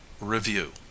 review